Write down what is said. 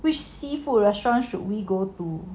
which seafood restaurants should we go to